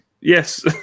Yes